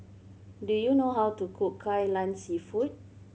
do you know how to cook Kai Lan Seafood